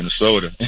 Minnesota